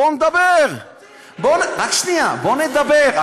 בואו נדבר.